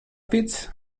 fits